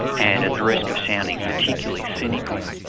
and at the risk of sounding particularly cynical,